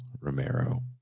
Romero